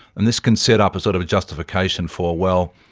and this can set up a sort of justification for, well,